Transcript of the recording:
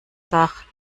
dach